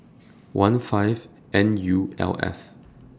one five N U L F